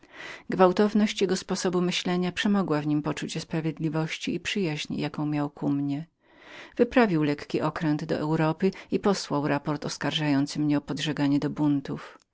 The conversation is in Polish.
gwałtowność jego sposobu myślenia przemogła w nim uczucie sprawiedliwości i przyjaźni jaką miał ku mnie wyprawiał lekki okręt do europy i posłał raport oskarżający mnie o poduszczanie buntów